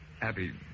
Abby